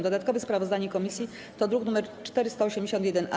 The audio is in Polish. Dodatkowe sprawozdanie komisji to druk nr 481-A.